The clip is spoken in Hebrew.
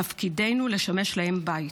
תפקידנו לשמש להם בית.